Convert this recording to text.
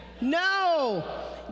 No